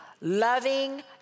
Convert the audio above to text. loving